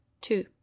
Two